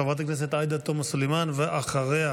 חברת הכנסת עאידה תומא סלימאן, ואחריה